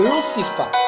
Lucifer